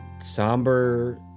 somber